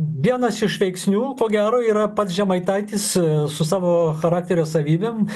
vienas iš veiksnių ko gero yra pats žemaitaitis su savo charakterio savybėm